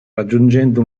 raggiungendo